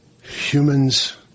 humans